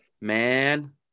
Man